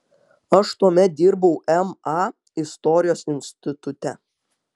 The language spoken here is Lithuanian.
aš tuomet dirbau ma istorijos institute